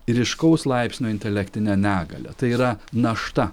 ryškaus laipsnio intelektine negalia tai yra našta